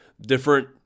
different